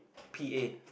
p_a